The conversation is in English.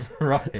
Right